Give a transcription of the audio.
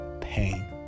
pain